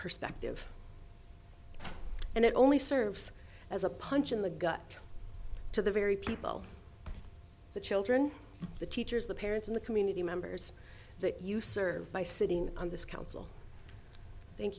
perspective and it only serves as a punch in the gut to the very people the children the teachers the parents in the community members that you serve by sitting on this council thank